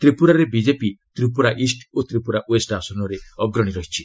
ତ୍ରିପୁରାରେ BJP Tripura east ଓ Tripura west ଆସନରେ ଅଗ୍ରଣୀ ରହିଛି